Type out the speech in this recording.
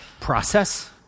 process